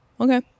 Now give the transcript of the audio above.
Okay